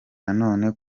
nanone